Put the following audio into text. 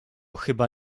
chyba